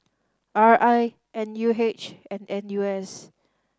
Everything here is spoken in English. R I N U H and N U S